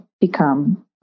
become